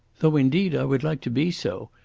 though indeed i would like to be so,